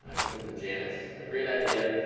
ah coming from janice a great idea.